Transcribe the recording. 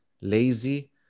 lazy